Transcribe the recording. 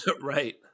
right